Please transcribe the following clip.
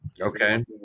Okay